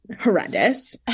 horrendous